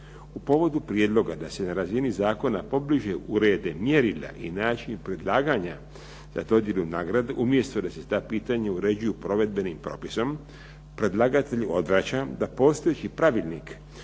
U povodu prijedloga da se na razini zakona pobliže urede mjerila i načini predlaganja za dodjelu nagrade, umjesto da se ta pitanja uređuju provedbenim propisom, predlagatelj odvraća da postojeći pravilnik